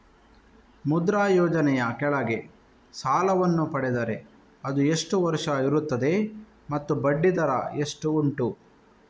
ಮುದ್ರಾ ಯೋಜನೆ ಯ ಕೆಳಗೆ ಸಾಲ ವನ್ನು ಪಡೆದರೆ ಅದು ಎಷ್ಟು ವರುಷ ಇರುತ್ತದೆ ಮತ್ತು ಬಡ್ಡಿ ದರ ಎಷ್ಟು ಉಂಟು?